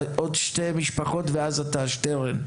עוד שתי משפחות ואז אתה, שטרן.